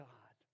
God